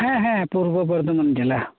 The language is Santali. ᱦᱮᱸ ᱦᱮᱸ ᱯᱩᱨᱵᱚ ᱵᱚᱨᱫᱷᱚᱢᱟᱱ ᱡᱮᱞᱟ